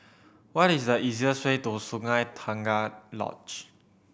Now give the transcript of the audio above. what is the easiest way to Sungei Tengah Lodge